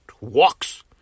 walks